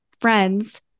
friends